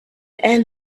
and